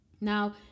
Now